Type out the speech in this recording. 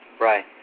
Right